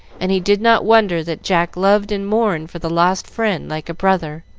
and he did not wonder that jack loved and mourned for the lost friend like a brother.